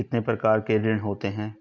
कितने प्रकार के ऋण होते हैं?